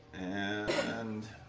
and